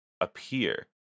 appear